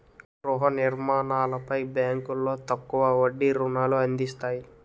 గృహ నిర్మాణాలపై బ్యాంకులో తక్కువ వడ్డీ రుణాలు అందిస్తాయి